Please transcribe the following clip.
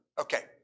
Okay